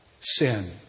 sin